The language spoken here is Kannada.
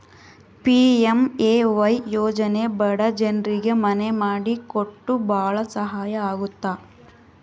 ಪಿ.ಎಂ.ಎ.ವೈ ಯೋಜನೆ ಬಡ ಜನ್ರಿಗೆ ಮನೆ ಮಾಡಿ ಕೊಟ್ಟು ಭಾಳ ಸಹಾಯ ಆಗುತ್ತ